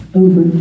over